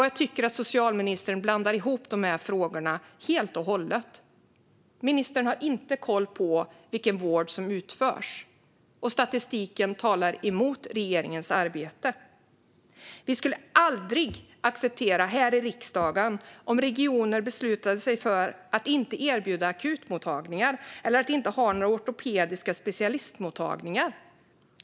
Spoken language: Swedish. Jag tycker att socialministern blandar ihop de här frågorna helt och hållet. Ministern har inte koll på vilken vård som utförs, och statistiken talar emot regeringens arbete. Vi här i riksdagen skulle aldrig acceptera om regioner beslutade sig för att inte erbjuda akutmottagningar eller inte ha några ortopediska specialistmottagningar.